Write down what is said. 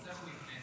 אז איך הוא יבנה?